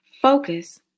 Focus